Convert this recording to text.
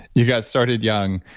you got started young,